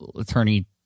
attorney